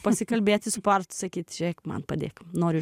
pasikalbėti su portu sakyti žiūrėk man padėk noriu